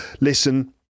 listen